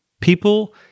People